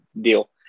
deal